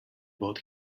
both